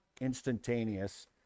instantaneous